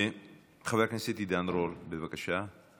חבר הכנסת עידן רול, בבקשה.